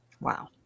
Wow